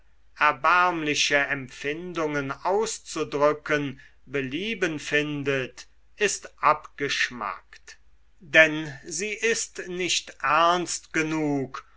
erbärmliche empfindungen auszudrücken belieben findet ist abgeschmackt denn sie ist nicht ernst genug